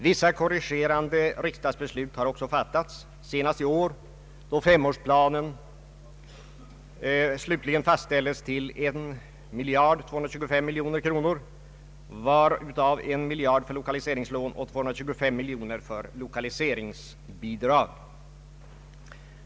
Vissa korrigerande riksdagstryck har också fattats, senast i år då femårsplanens kostnadsram fastställdes till 1225 miljoner kronor, varav 1 miljard avsågs för lån och 225 miljoner för lokaliseringsbidrag.